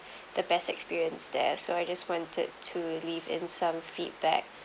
the best experience there so I just wanted to leave in some feedback